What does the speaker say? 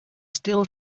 still